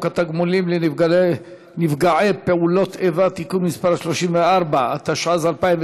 התגמולים לנפגעי פעולות איבה (תיקון מס' 34),